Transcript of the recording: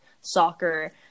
soccer